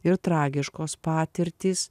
ir tragiškos patirtys